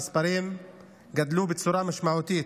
המספרים גדלו בצורה משמעותית.